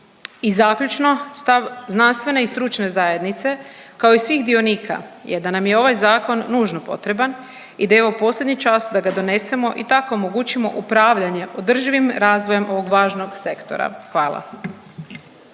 I zaključno, stav znanstvene i stručne zajednice, kao i svih dionica je da nam je ovaj Zakon nužno potreban i da je ovo posljednji čas da ga donesemo i tako omogućimo upravljanje održivim razvojem ovog važnog sektora. Hvala.